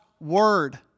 word